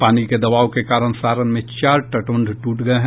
पानी के दबाव के कारण सारण में चार तटबंध टूट गये हैं